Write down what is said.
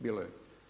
Bilo je.